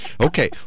Okay